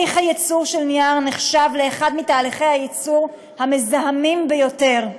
תהליך ייצור הנייר נחשב לאחד מתהליכי הייצור המזהמים ביותר.